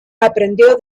aprendió